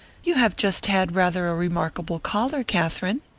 you have just had rather a remarkable caller, katherine.